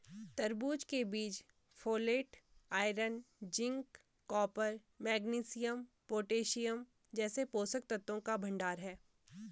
तरबूज के बीज folate, iron, zinc, copper, magnesium, potassium जैसे पोषक तत्वों का भंडार है